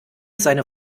seine